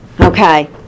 Okay